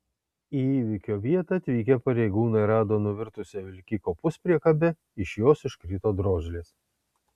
į įvykio vietą atvykę pareigūnai rado nuvirtusią vilkiko puspriekabę iš jos iškrito drožlės